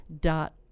dot